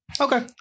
Okay